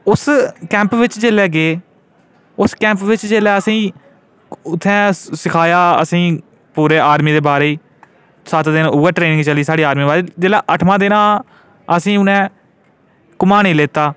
उस कैंप बिच्च जिसलै गे उस कैंप बिच्च जिसलै गे उत्थै जिसलै सखाया असेंगी पूरा आर्मी दे बारै च सत्त दिन ओवर ट्रेनिंग चली जोह्लै अठमां दिन हा असें गी उ'नें घुमाने गी लेता